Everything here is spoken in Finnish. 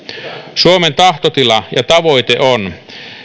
suomen tahtotila ja tavoite on